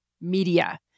media